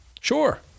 Sure